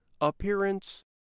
appearance